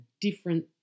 different